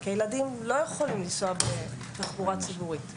כי הילדים לא יכולים לנסוע בתחבורה ציבורית.